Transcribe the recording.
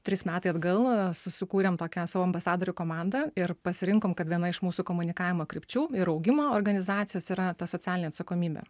trys metai atgal susikūrėm tokią savo ambasadorių komandą ir pasirinkom kad viena iš mūsų komunikavimo krypčių ir augimo organizacijos yra ta socialinė atsakomybė